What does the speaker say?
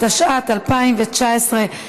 התשע"ט 2019,